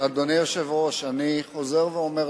אדוני היושב-ראש, אני חוזר ואומר לך,